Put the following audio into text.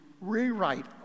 rewrite